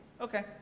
okay